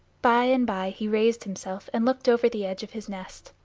by and by he raised himself and looked over the edge of his nest.